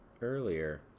earlier